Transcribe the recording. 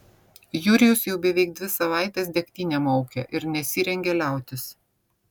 jurijus jau beveik dvi savaites degtinę maukia ir nesirengia liautis